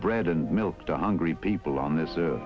bread and milk to hungry people on this